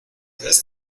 ves